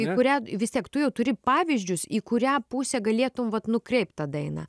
į kurią vis tiek tu jau turi pavyzdžius į kurią pusę galėtum vat nukreipt tą dainą